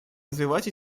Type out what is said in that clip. развивать